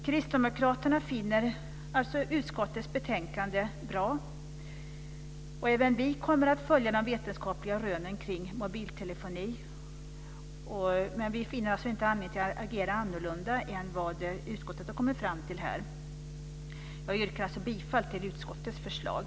Kristdemokraterna finner alltså utskottets betänkande bra. Även vi kommer att följa de vetenskapliga rönen kring mobiltelefoni, men vi finner inte anledning att agera annorlunda än vad utskottet har kommit fram till. Jag yrkar alltså bifall till utskottets förslag.